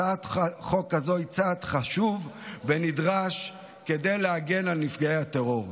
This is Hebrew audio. הצעת החוק הזו היא צעד חשוב ונדרש כדי להגן על נפגעי הטרור.